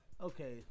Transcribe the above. Okay